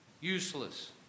Useless